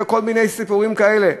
כל מיני סיפורים כאלה.